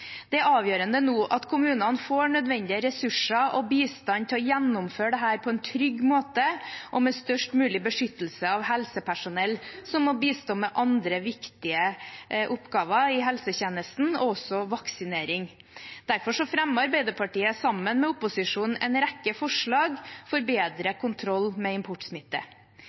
Det er avgjørende nå at kommunene får nødvendige ressurser og bistand til å gjennomføre dette på en trygg måte og med størst mulig beskyttelse av helsepersonell som må bistå med andre viktige oppgaver i helsetjenesten, også vaksinering. Derfor fremmer Arbeiderpartiet, sammen med opposisjonen, en rekke forslag for bedre kontroll med